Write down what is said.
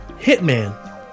Hitman